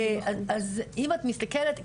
אז אם את מסתכלת,